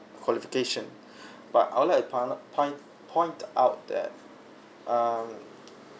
qualification but I would like to point point point out that um